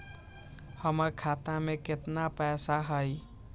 हमर खाता में केतना पैसा हई?